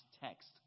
text